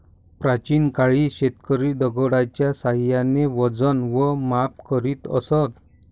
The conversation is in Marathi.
प्राचीन काळी शेतकरी दगडाच्या साहाय्याने वजन व माप करीत असत